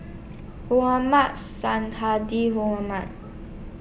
Mohmad Sonhadji